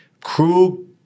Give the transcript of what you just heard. Krug